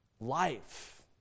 life